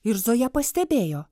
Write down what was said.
ir zoja pastebėjo